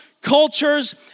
cultures